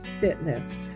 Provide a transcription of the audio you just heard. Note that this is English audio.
Fitness